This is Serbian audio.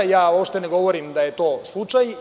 Ja uopšte ne govorim da je to slučaj.